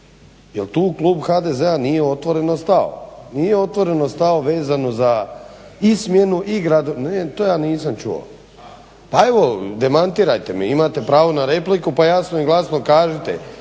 jer tu klub HDZ-a nije otvoreno stao, nije otvoreno stao vezano za i smjenu, i. .../Upadica se ne razumije./... Ne, to ja nisam čuo. A evo demantirajte me, imate pravo na repliku, pa jasno i glasno kažite,